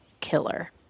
Killer